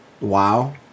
wow